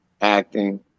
acting